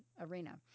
arena